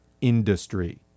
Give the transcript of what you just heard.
industry